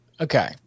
Okay